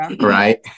right